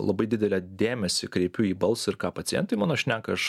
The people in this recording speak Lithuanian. labai didelę dėmesį kreipiu į balsą ir ką pacientai mano šneka aš